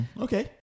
Okay